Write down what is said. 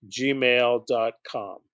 gmail.com